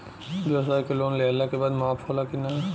ब्यवसाय के लोन लेहला के बाद माफ़ होला की ना?